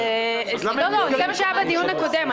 זה מה שהיה בדיון הקודם.